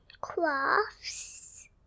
crafts